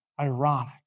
ironic